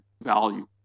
value